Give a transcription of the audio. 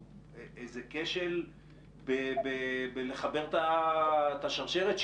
זה כשל בחיבור השרשרת.